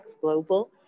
Global